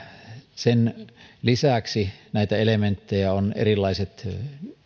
sen lisäksi näitä elementtejä ovat erilaiset